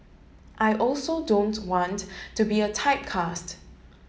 I also don't want to be a typecast